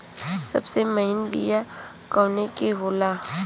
सबसे महीन बिया कवने के होला?